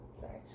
sorry